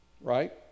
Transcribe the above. right